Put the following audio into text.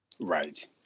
Right